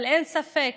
אבל אין ספק